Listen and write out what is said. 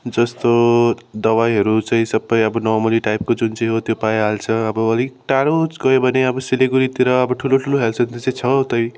जस्तो दबाईहरू चाहिँ सबै अब नर्मली टाइपको जुन चाहिँ हो त्यो पाइहाल्छ अब अलिक टाढो गयो भने अब सिलगढीतिर अब ठुलो ठुलो हेल्थ सेन्टर चाहिँ छ उतै